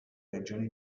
regioni